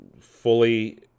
fully